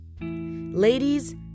Ladies